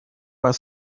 were